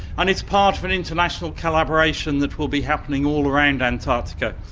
and it's part of an international collaboration that will be happening all around antarctica.